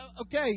okay